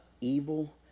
evil